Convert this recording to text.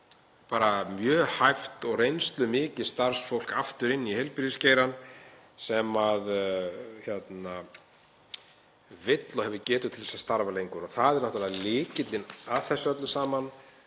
fá mjög hæft og reynslumikið starfsfólk aftur inn í heilbrigðisgeirann sem vill og hefur getu til að starfa lengur. Það er náttúrlega lykillinn að þessu öllu saman